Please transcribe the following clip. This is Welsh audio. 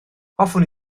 hoffwn